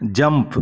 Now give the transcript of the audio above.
jump